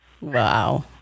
Wow